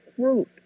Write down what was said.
group